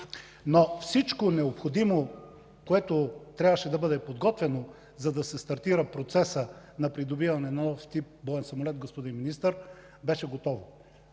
Всичко необходимо, което трябваше да бъде подготвено, за да се стартира процесът на придобиване на нов тип боен самолет, господин Министър, беше готово.